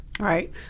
Right